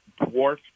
dwarf